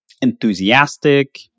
enthusiastic